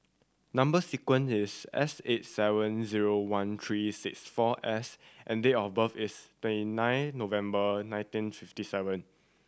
number sequence is S eight seven zero one three six four S and date of birth is twenty nine November nineteen fifty seven